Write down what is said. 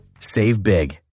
SAVEBIG